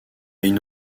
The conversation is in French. une